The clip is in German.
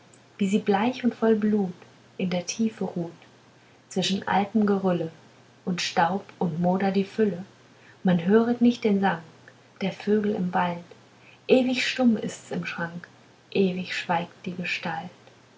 wie sie bleich und voll blut in der tiefe ruht zwischen altem gerülle und staub und moder die fülle man höret nicht den sang der vögel im wald ewig stumm ist's im schrank ewig schweigt die gestalt